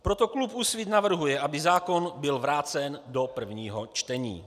Proto klub Úsvit navrhuje, aby zákon byl vrácen do prvního čtení.